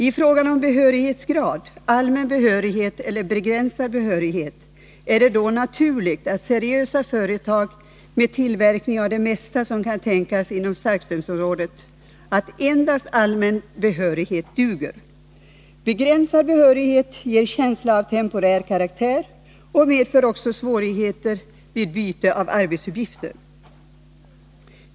I fråga om behörighetsgrad, allmän behörighet eller begränsad behörighet är det då naturligt att endast allmän behörighet duger när det gäller seriösa företag med tillverkning av det mesta som kan tänkas inom starkströmsområdet. Begränsad behörighet ger en känsla av temporär karaktär och medför också svårigheter vid byte av arbetsuppgifter.